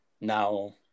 Now